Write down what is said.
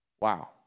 Wow